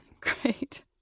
Great